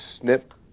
snip